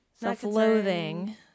self-loathing